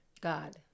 God